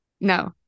No